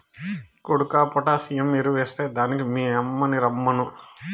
కొడుకా పొటాసియం ఎరువెస్తే దానికి మీ యమ్మిని రమ్మను